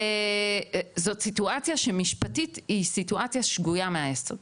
זאת סיטואציה שמשפטית היא סיטואציה שגויה מהיסוד,